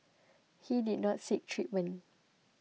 he did not seek treatment